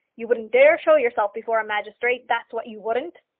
you wouldn't dare show yourself before a magistrate, that's what you wouldn't.